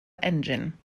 engine